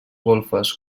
golfes